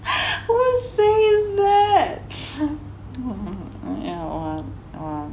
who will say that